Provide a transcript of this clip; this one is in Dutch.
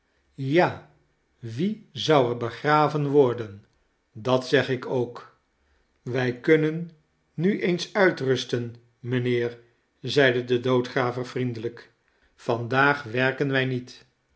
ja wie zou er begraven worden dat zeg ik ook wij kunnen nu eens uitrusten mijnheer zeide de doodgraver vriendelijk vandaag werken wij niet